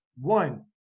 one